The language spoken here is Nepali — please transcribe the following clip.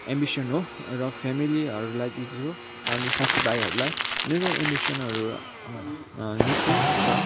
एम्बिसन हो र फेमिलीहरूलाई दिन्छु अनि साथी भाइहरलाई मेरो एम्बिसनहरू निकै छ